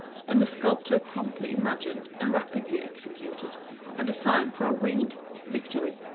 and the sculptor promptly imagined and rapidly executed a design for a winged victory,